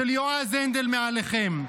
של יועז הנדל מעליכם.